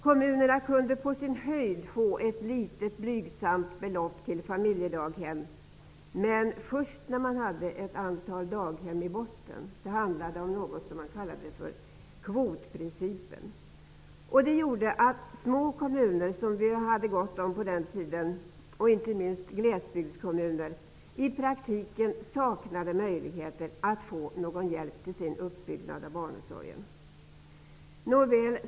Kommunerna kunde på sin höjd få ett litet blygsamt belopp till familjedaghem, men först när man hade ett antal daghem i botten, enligt den s.k. Små kommuner, som det fanns gott om på den tiden, inte minst glesbygdskommuner, saknade i praktiken möjlighet till hjälp att bygga upp sin barnomsorg.